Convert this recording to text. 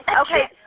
okay